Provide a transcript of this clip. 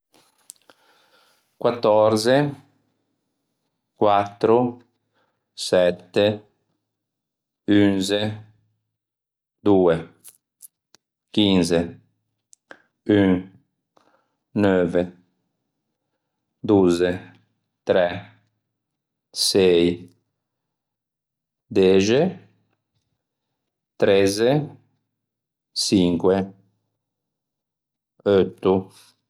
quattòrze, quattro, sette, unze, doe, chinze, un, neuve, dozze, tre, sei, dexe, trezze, çinque, eutto